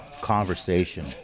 conversation